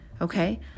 Okay